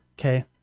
Okay